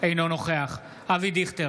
אינו נוכח אבי דיכטר,